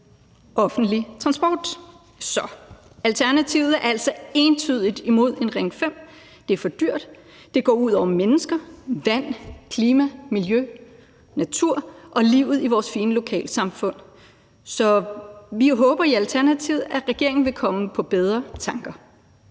offentlig transport. Alternativet er altså entydigt imod en Ring 5-motorvej. Det er for dyrt. Det går ud over mennesker, vand, klima, miljø, natur og livet i vores fine lokalsamfund. Så vi håber i Alternativet, at regeringen vil komme på bedre tanker.